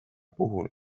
puhul